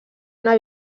una